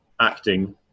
acting